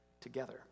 together